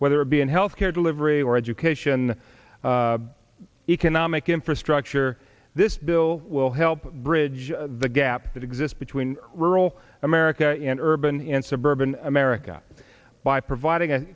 whether it be in health care delivery or education economic infrastructure this bill will help bridge the gap that exists between rural america in urban and suburban america by providing a